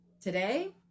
Today